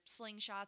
slingshots